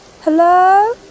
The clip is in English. Hello